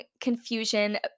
confusion